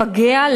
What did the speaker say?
לפגע,